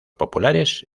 populares